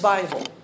Bible